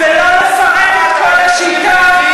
אני לא מסכימה עם כל הדברים שהיא אמרה,